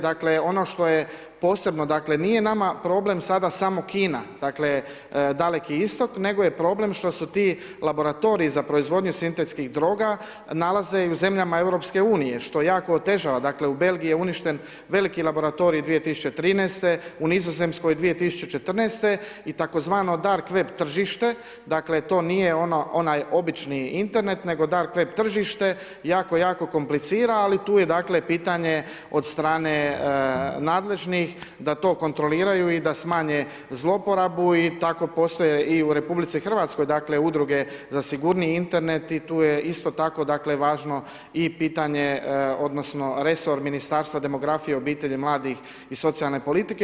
Dakle, ono što je posebno, dakle, nije nama problem sada samo Kina, dakle, Daleki istok, nego je problem što su ti laboratoriji za proizvodnju sintetskih droga nalaze i u zemljama EU, što je jako otežava, dakle, u Belgiji je uništen veliki laboratorij 2013. u Nizozemskoj 2014. i tzv. dark web tržište, dakle to nije onaj obični Internet, nego dark web tržište jako jako komplicira, ali tu je dakle pitanje od strane nadležnih da to kontroliraju i da smanje zlouporabu i tako postoji i u RH, dakle, udruge za sigurniji Internet i tu je isto tako dakle, važno i pitanje odnosno, resor Ministarstva demografije obitelji i mladih i socijalne politike.